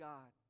God